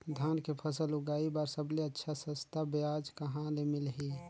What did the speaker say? धान के फसल उगाई बार सबले अच्छा सस्ता ब्याज कहा ले मिलही?